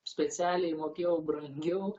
specialiai mokėjau brangiau